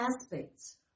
aspects